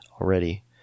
already